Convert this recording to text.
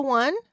one